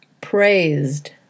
praised